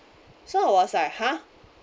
so I was like !huh!